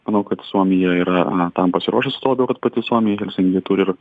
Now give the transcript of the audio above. manau kad suomija yra a tam pasiruošusi tuo labiau kad pati suomija helsinkyje turi ir